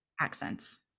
accents